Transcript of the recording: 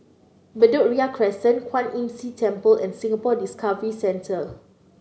Bedok Ria Crescent Kwan Imm See Temple and Singapore Discovery Centre